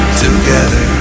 together